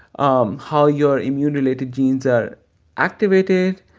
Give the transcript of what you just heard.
um how your immune-related genes are activated.